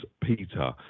Peter